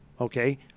Okay